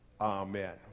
Amen